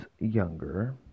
younger